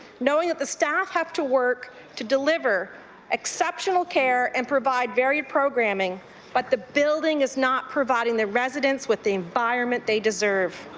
knowing that the staff have to work to deliver exceptional care and provide varied programming but the building is not providing the residents with the environment they deserve.